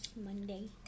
Monday